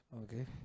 okay